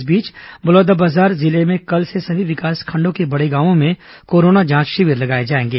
इस बीच बलौदाबाजार जिले में कल से सभी विकासखंडों के बड़े गांवों में कोरोना जांच शिविर लगाए जाएंगे